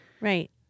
Right